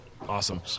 Awesome